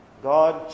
God